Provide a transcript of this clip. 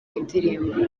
indirimbo